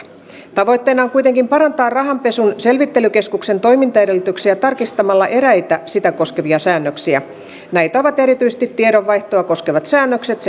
tavoitteena on kuitenkin parantaa rahanpesun selvittelykeskuksen toimintaedellytyksiä tarkistamalla eräitä sitä koskevia säännöksiä näitä ovat erityisesti tiedonvaihtoa koskevat säännökset